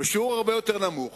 בשיעור הרבה יותר נמוך.